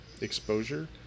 Exposure